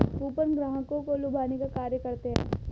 coupon ग्राहकों को लुभाने का कार्य करते हैं